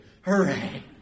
Hooray